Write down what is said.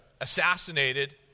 assassinated